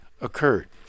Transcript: occurred